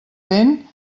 vent